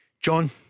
John